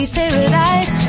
paradise